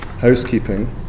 housekeeping